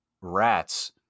rats